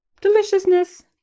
Deliciousness